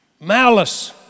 Malice